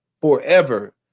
forever